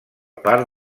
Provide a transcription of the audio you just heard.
part